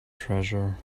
treasure